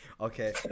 Okay